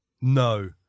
No